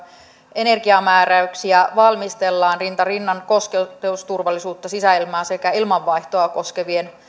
energiamääräyksiä valmistellaan rinta rinnan kosteusturvallisuutta sisäilmaa sekä ilmanvaihtoa koskevien